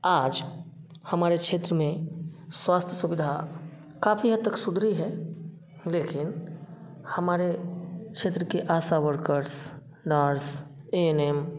आज हमारे क्षेत्र में स्वास्थ्य सुविधा काफ़ी हद तक सुधरी है लेकिन हमारे क्षेत्र के ASHA workers nurse A N M